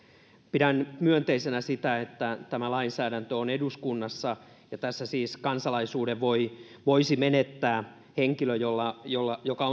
pidän myönteisenä sitä että tämä lainsäädäntö on eduskunnassa ja tässä siis kansalaisuuden voisi menettää henkilö joka